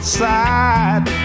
side